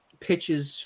Pitches